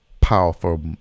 powerful